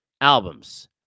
Albums